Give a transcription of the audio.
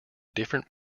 different